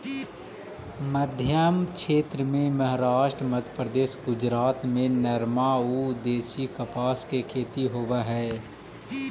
मध्मक्षेत्र में महाराष्ट्र, मध्यप्रदेश, गुजरात में नरमा अउ देशी कपास के खेती होवऽ हई